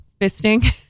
fisting